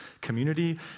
community